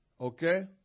okay